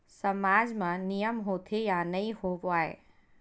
सामाज मा नियम होथे या नहीं हो वाए?